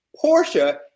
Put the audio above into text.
Portia